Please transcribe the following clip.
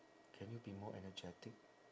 can you be more energetic